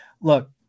Look